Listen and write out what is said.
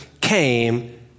came